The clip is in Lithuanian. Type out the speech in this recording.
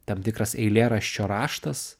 tam tikras eilėraščio raštas